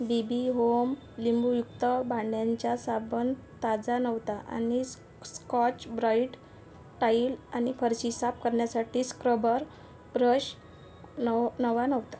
Bibi home लिंबूयुक्त भांड्यांचा साबण ताजा नव्हता आणि स्कॉच ब्राईट टाइल आणि फरशी साफ करण्यासाठी स्क्रबर ब्रश नव नवा नव्हता